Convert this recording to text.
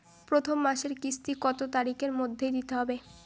প্রথম মাসের কিস্তি কত তারিখের মধ্যেই দিতে হবে?